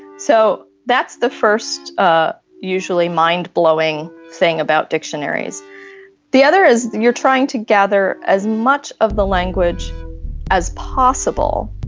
so that's the first ah usually mindblowing thing about dictionaries the other is you're trying to gather as much of the language as possible.